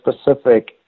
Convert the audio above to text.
specific